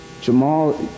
Jamal